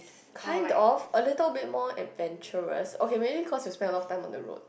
kind of a little bit more adventurous okay cause you spend a lot of time on the road